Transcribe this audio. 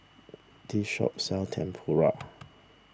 this shop sells Tempura